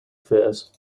affairs